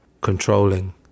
controlling